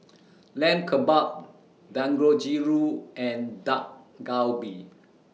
Lamb Kebabs Dangojiru and Dak Galbi